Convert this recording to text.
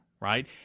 Right